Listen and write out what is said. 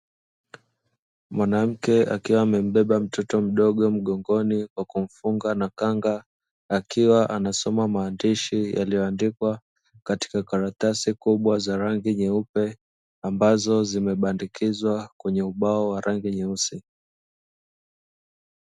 Mwanamke akiwa amembeba mtoto mdogo mgongoni kwa kumfunga na kanga, akiwa anasoma maandishi yaliyoandikwa katika karatasi kubwa za rangi nyeupe, ambazo zimebandikizwa kwenye ubao wa rangi nyeusi.